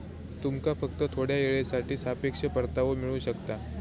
तुमका फक्त थोड्या येळेसाठी सापेक्ष परतावो मिळू शकता